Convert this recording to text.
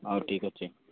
ହଉ ଠିକ୍ ଅଛି